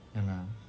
ya lah